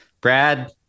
Brad